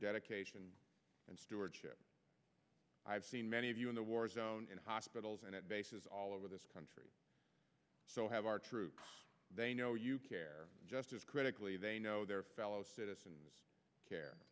dedication and stewardship i've seen many of you in the war zone in hospitals and at bases all over this country so have our troops they know you care just as critically they know their fellow citizens care